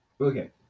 Okay